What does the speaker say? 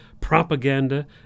propaganda